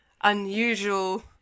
unusual